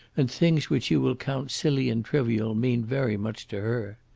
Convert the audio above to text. and things which you will count silly and trivial mean very much to her.